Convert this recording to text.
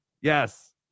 Yes